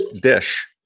dish